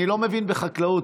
אני לא מבין בחקלאות,